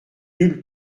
nulle